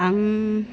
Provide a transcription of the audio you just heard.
आं